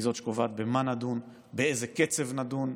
היא שקובעת במה נדון, באיזה קצב נדון,